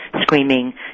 screaming